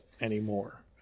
anymore